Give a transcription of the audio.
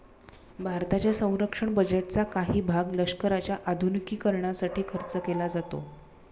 भारताच्या संरक्षण बजेटचा काही भाग लष्कराच्या आधुनिकीकरणासाठी खर्च केला जातो